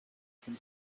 can